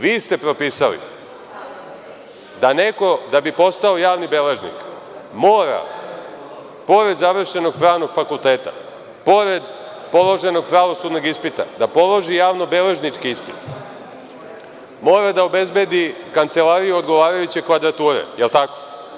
Vi ste propisali neko da bi postao javni beležnik mora pored završenog Pravnog fakulteta, pored položenog pravosudnog ispita, da položi javnobeležnički ispit, mora da obezbedi kancelariju odgovarajuće kvadrature, je li tako?